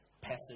passage